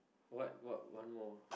what what one more